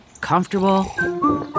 comfortable